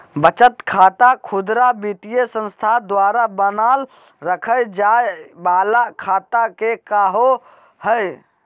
बचत खाता खुदरा वित्तीय संस्था द्वारा बनाल रखय जाय वला खाता के कहो हइ